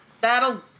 that'll